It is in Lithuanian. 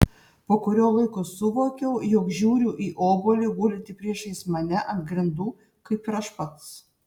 po kurio laiko suvokiau jog žiūriu į obuolį gulintį priešais mane ant grindų kaip ir aš pats